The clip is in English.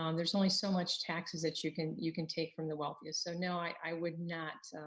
um there's only so much taxes that you can you can take from the wealthiest. so no, i would not